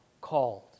called